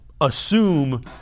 assume